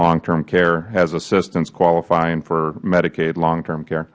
long term care has assistance qualifying for medicaid long term care